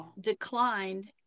declined